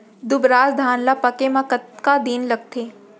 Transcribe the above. दुबराज धान ला पके मा कतका दिन लगथे?